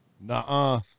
nah